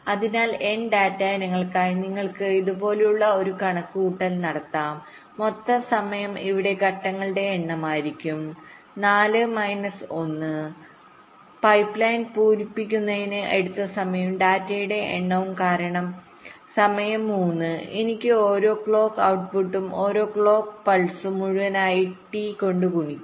അതിനാൽ n data ഇനങ്ങൾക്കായി നിങ്ങൾക്ക് ഇതുപോലുള്ള ഒരു കണക്കുകൂട്ടൽ നടത്താം മൊത്തം സമയം ഇവിടെ ഘട്ടങ്ങളുടെ എണ്ണമായിരിക്കും 4 മൈനസ് 1 പൈപ്പ്ലൈൻ പൂരിപ്പിക്കുന്നതിന് എടുത്ത സമയവും ഡാറ്റയുടെ എണ്ണവും കാരണം സമയം 3 എനിക്ക് ഓരോ ക്ലോക്ക് ഔട്ട്പുട്ടും ഓരോ ക്ലോക്ക് പൾസുംമുഴുവനായി T കൊണ്ട് ഗുണിക്കും